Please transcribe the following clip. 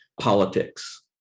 politics